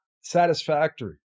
satisfactory